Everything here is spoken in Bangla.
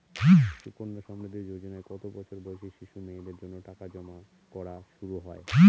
সুকন্যা সমৃদ্ধি যোজনায় কত বছর বয়সী শিশু মেয়েদের জন্য টাকা জমা করা শুরু হয়?